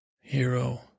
Hero